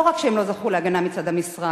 לא רק שהם לא זכו להגנה מצד המשרד,